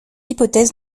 hypothèse